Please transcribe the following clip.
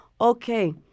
okay